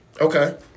Okay